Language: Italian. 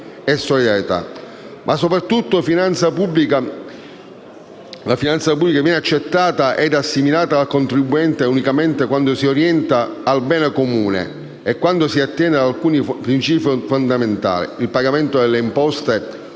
Ma sopratutto, la finanza pubblica viene accettata e assimilata dal contribuente unicamente quando si orienta al bene comune e quando si attiene ad alcuni principi fondamentali: il pagamento delle imposte